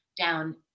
Down